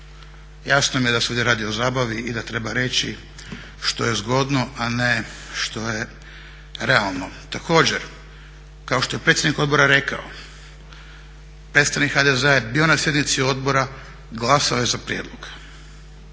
jasno mi je da se ovdje radi o zabavi i da treba reći što je zgodno, a ne što je realno. Također, kao što je predsjednik odbora rekao predstavnik HDZ-a je bio na sjednici odbora, glasao je za prijedlog.